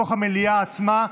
בתוך המליאה עצמה,